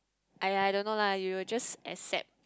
!aiya! I don't know lah you will just accept